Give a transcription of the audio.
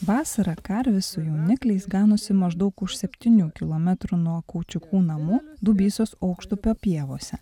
vasarą karvės su jaunikliais ganosi maždaug už septynių kilometrų nuo kaučiukų namų dubysos aukštupio pievose